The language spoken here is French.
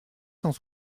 cent